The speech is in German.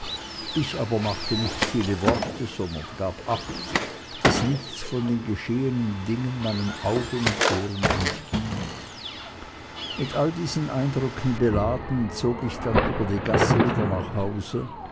ich aber machte nicht viele worte sondern gab acht daß nichts von den geschehenden dingen meinen augen und ohren entging mit all diesen eindrücken beladen zog ich dann über die gasse wieder nach hause